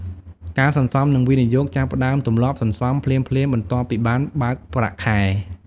ការសន្សំ និងវិនិយោគចាប់ផ្ដើមទម្លាប់សន្សំភ្លាមៗបន្ទាប់ពីបានបើកប្រាក់ខែ។